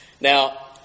Now